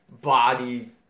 body